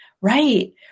Right